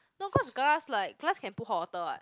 no cause glass like glass can put hot water what